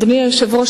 אדוני היושב-ראש,